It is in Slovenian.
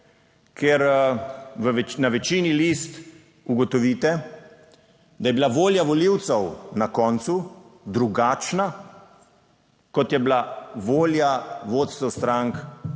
kjer na večini list ugotovite, da je bila volja volivcev na koncu drugačna, kot je bila volja vodstev strank po